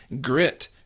grit